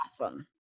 Awesome